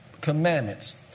commandments